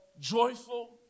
joyful